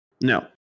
No